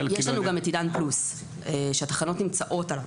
יש לנו גם את עידן פלוס, שהתחנות נמצאות עליו,